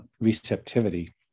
receptivity